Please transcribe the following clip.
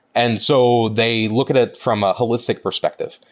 and so they look at it from a holistic perspective,